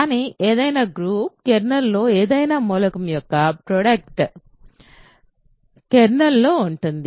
కానీ ఏదైనా గ్రూప్ కెర్నల్లోని ఏదైనా మూలకం యొక్క ప్రోడక్ట్లబ్దము కెర్నల్లో ఉంటుంది